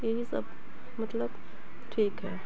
यही सब मतलब ठीक है